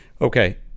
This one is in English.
Okay